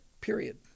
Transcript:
Period